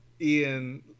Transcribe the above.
Ian